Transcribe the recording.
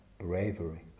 bravery